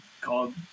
called